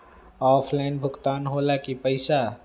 Offline भुगतान हो ला कि पईसा?